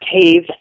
cave